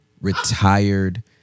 retired